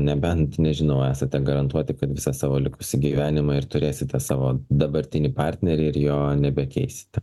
nebent nežinau esate garantuoti kad visą savo likusį gyvenimą ir turėsite savo dabartinį partnerį ir jo nebekeisite